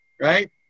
right